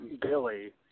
Billy